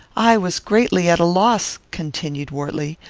i was greatly at a loss, continued wortley,